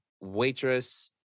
Waitress